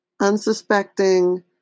unsuspecting